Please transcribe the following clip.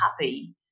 happy